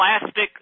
plastic